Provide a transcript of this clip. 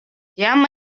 jam